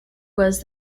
was